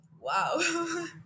Wow